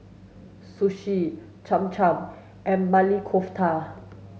Sushi Cham Cham and Maili Kofta